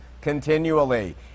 continually